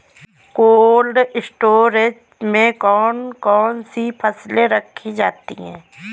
Cold storage में कौन कौन सी फसलें रखी जाती हैं?